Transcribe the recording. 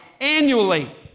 annually